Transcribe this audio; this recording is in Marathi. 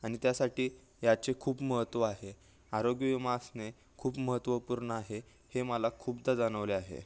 आणि त्यासाठी याचे खूप महत्त्व आहे आरोग्यविमा असणे खूप महत्त्वपूर्ण आहे हे मला खूपदा जाणवले आहे